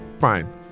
Fine